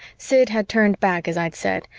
sid had turned back, as i'd said,